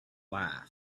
life